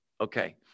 Okay